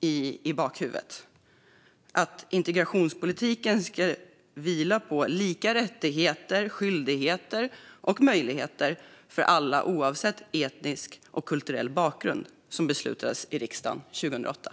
i bakhuvudet: Integrationspolitiken ska vila på lika rättigheter, skyldigheter och möjligheter för alla oavsett etnisk och kulturell bakgrund, vilket beslutades i riksdagen 2008.